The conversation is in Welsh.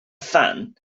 phan